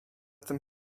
tym